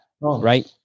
right